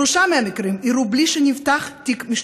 שלושה מהמקרים אירעו בלי שנפתח תיק משטרתי.